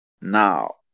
Now